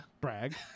Brag